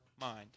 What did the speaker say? mind